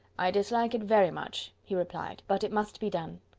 i dislike it very much, he replied but it must be done.